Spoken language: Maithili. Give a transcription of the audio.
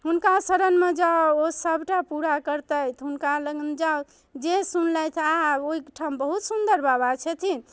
हुनका शरणमे जाउ ओ सबटा पूरा करतथि हुनकालग जाउ जे सुनलथि आहा ओहिठाम बहुत सुन्दर बाबा छथिन